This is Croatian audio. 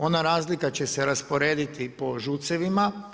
Ona razlika će se rasporediti po ŽUC-evima.